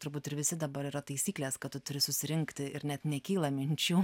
turbūt ir visi dabar yra taisyklės kad tu turi susirinkti ir net nekyla minčių